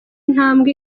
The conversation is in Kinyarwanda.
ntambwe